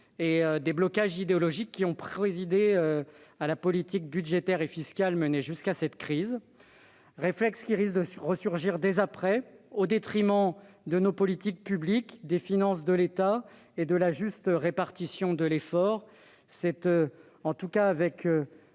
et des blocages idéologiques qui ont présidé à la politique budgétaire et fiscale menée jusqu'à cette crise. Ces réflexes risquent de resurgir dès après, au détriment de nos politiques publiques, des finances de l'État et de la juste répartition de l'effort.